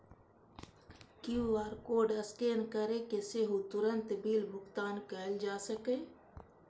QR code scan करि कें सेहो तुरंत बिल भुगतान कैल जा सकैए